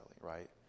right